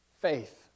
faith